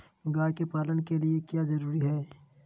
गाय के पालन के लिए क्या जरूरी है?